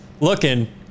looking